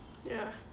ya